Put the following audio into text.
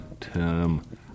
term